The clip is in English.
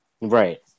right